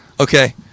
Okay